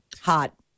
Hot